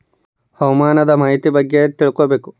ಹವಾಮಾನದ ಮಾಹಿತಿ ಹೇಗೆ ತಿಳಕೊಬೇಕು?